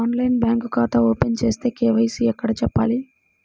ఆన్లైన్లో బ్యాంకు ఖాతా ఓపెన్ చేస్తే, కే.వై.సి ఎక్కడ చెప్పాలి?